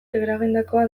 eragindakoa